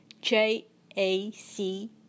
J-A-C